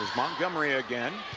montgomery again.